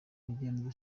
mugiraneza